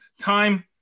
Time